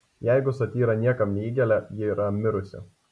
jeigu satyra niekam neįgelia ji yra mirusi